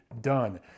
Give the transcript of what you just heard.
done